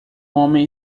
homem